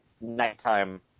nighttime